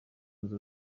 izo